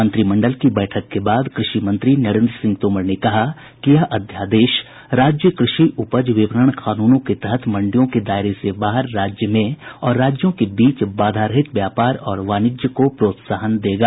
मंत्रिमंडल की बैठक के बाद कृषि मंत्री नरेन्द्र सिंह तोमर ने कहा कि यह अध्यादेश राज्य कृषि उपज विपणन कानूनों के तहत मंडियों के दायरे से बाहर राज्य में और राज्यों के बीच बाधारहित व्यापार और वाणिज्य को प्रोत्साहन देगा